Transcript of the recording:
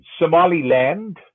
Somaliland